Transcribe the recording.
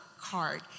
card